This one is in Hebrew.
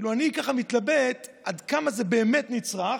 אני ככה מתלבט עד כמה זה באמת נצרך,